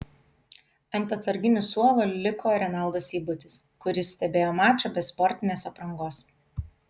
ant atsarginių suolo liko renaldas seibutis kuris stebėjo mačą be sportinės aprangos